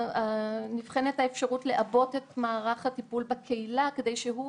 נבחנת האפשרות לעבות את מערך הטיפול בקהילה כדי שהוא